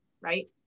right